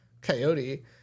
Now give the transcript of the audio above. coyote